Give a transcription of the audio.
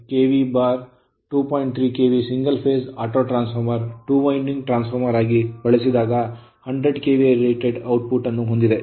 3 KV single phase auto transformer 2 winding transformer ಆಗಿ ಬಳಸಿದಾಗ 100 KVA rated output ಅನ್ನು ಹೊಂದಿದೆ